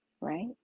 right